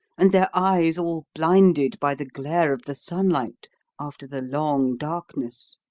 and their eyes all blinded by the glare of the sunlight after the long darkness.